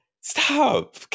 stop